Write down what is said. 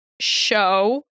show